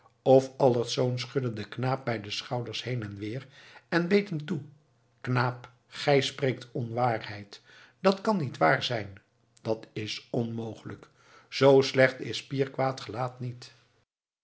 of allertsz schudde den knaap bij de schouders heen en weer en beet hem toe knaap gij spreekt onwaarheid dat kan niet waar zijn dat is onmogelijk zoo slecht is pier quaet gelaet niet